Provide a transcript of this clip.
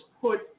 put